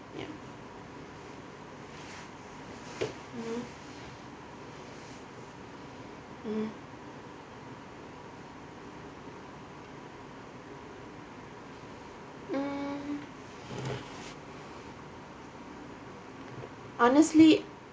ya mm mm um honestly